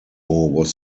was